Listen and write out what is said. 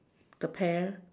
the pear